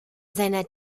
seiner